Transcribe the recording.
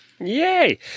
Yay